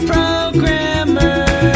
Programmer